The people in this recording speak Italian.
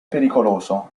pericoloso